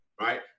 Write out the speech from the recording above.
right